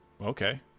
Okay